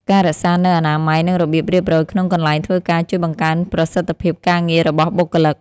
ការរក្សានូវអនាម័យ និងរបៀបរៀបរយក្នុងកន្លែងធ្វើការជួយបង្កើនប្រសិទ្ធភាពការងាររបស់បុគ្គលិក។